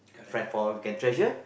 friend for you can treasure